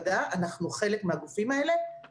מכיוון שהם אוכלוסייה בסיכון כי הרבה פעמים גם כרוכות בזה בעיות